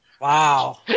wow